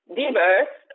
diverse